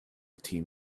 team